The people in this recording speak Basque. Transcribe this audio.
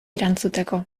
erantzuteko